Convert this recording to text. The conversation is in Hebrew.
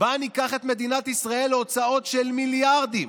שבה ניקח את מדינת ישראל להוצאות של מיליארדים,